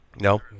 No